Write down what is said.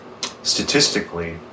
statistically